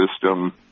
system